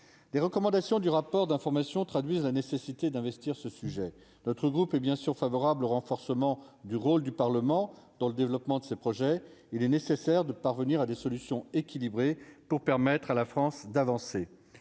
Les recommandations du rapport d'information traduisent la nécessité d'investir ce sujet, notre groupe est bien sûr favorable au renforcement du rôle du Parlement dans le développement de ces projets, il est nécessaire de parvenir à des solutions équilibrées. Pour permettre à la France d'avancer,